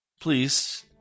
Please